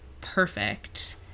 perfect